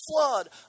flood